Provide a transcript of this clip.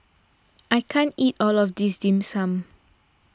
I can't eat all of this Dim Sum